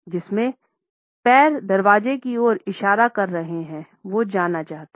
जिसके पैर दरवाज़े की ओर इशारा कर रहे थे वो जाना चाहता हैं